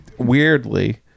Weirdly